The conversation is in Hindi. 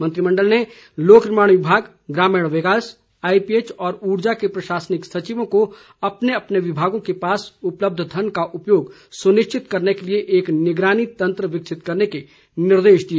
मंत्रिमंडल ने लोक निर्माण विभाग ग्रामीण विकास आईपीएच और ऊर्जा के प्रशासनिक सचिवों को अपने अपने विभागों के पास उपलब्ध धन का उपयोग सुनिश्चित करने के लिए एक निगरानी तंत्र विकसित करने के निर्देश दिए